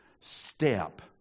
step